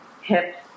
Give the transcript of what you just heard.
hips